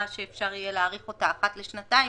שאפשר יהיה להאריך אותה אחת לשנתיים,